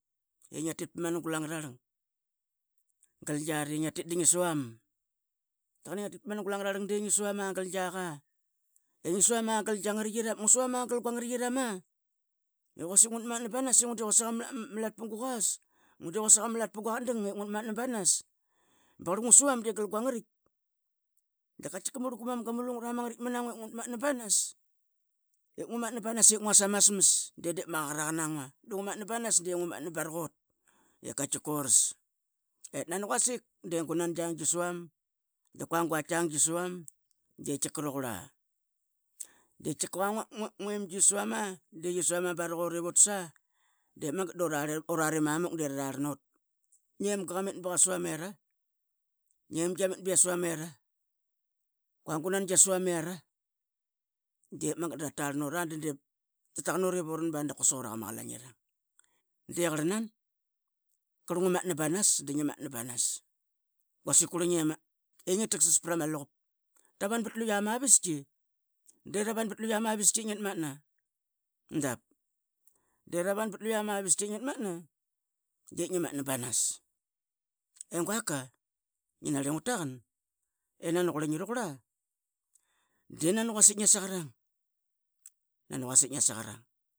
I ngia tit pa mangul angrarlang gal giari ngia tit di ngia suam. Qarl nani ngia tit pa mangul angrarlang di ngia suama l ngi suam gal gia ngri qiram, ngu suam gal gua ngri qiramo a l quasik ngut matna banas i quasik a malat pa quqas. Murl guman kamu lungra ma ngritl ma na ngua ip ngua matna banas di ngumatna barak ut. Ip nani quasik di gu nan giang al suam da qa guaitk tkiang tki suam di tkika rauqurla. Tkika nguemgi la suam doi la suam barak ut lvu tas dep magat durari rarl nut ngemgi iat mit bia suam era qua gu nan tkia suam dip magt dra tarl ut, rataqan ut ivurat ban dap quasik uraqama qlaing. De qarl nan ngu matna banas di ngia matna banas, quasik qurli ngi ingi taqsas prama luqup. Tavan pat lua mavis qi dira ravan pat lua ma vasiqi ip ngia matna dap, de ra van pat lua mavisiqi lp ngia matna banas. E guaka ngi narli ngu taqan i nani qurli rauqurla di nani quasik ngias a qrang, nani quasik mgias a qrang.